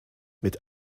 mit